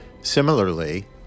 Similarly